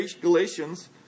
Galatians